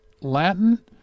Latin